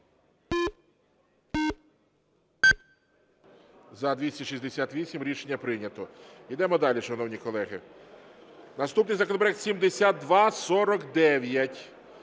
За-268 Рішення прийнято. Йдемо далі, шановні колеги. Наступний законопроект 7249.